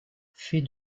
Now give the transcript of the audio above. fée